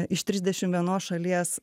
iš trisdešim vienos šalies